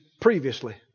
previously